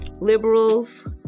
liberals